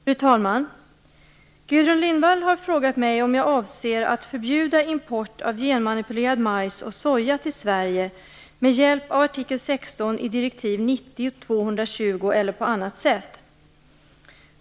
Fru talman! Gudrun Lindvall har frågat mig om jag avser att förbjuda import av genmanipulerad majs och soja till Sverige med hjälp av artikel 16 i EG:s direktiv 90/220 eller på annat sätt.